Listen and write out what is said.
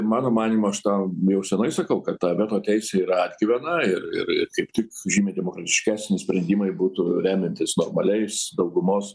mano manymu aš tau jau senai sakau kad ta veto teisė yra atgyvena ir ir ir kaip tik žymiai demokratiškesnis sprendimai būtų remiantis normaliais daugumos